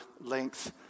length